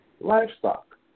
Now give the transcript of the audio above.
livestock